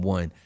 One